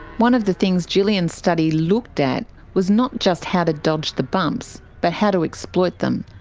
one of the things gillian's study looked at was not just how to dodge the bumps, but how to exploit them.